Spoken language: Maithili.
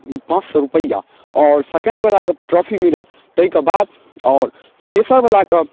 पाँच सौ रुपैया और सेकण्ड बला के ट्रॉफी मिलल तइकेबाद और तेसर बला कऽ